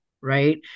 right